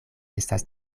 estas